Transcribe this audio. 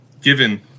given